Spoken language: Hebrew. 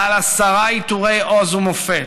בעל עשרה עיטורי עוז ומופת.